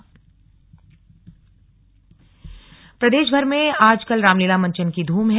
slug Ramlila प्रदेशभर में आजकल रामलीला मंचन की धूम है